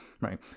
Right